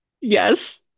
Yes